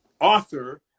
author